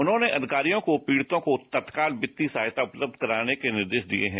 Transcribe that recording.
उन्होंने अधिकारियों को पीड़ितों को तत्काल वित्तीय सहायता उपलब्ध कराने के निर्देश दिए हैं